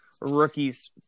rookie's